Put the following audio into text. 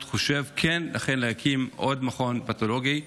חושב כן להקים עוד מכון פתולוגי?